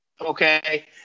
okay